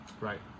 right